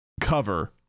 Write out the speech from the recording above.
cover